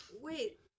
Wait